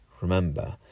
Remember